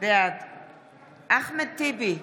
בעד אחמד טיבי,